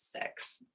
six